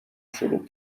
شروع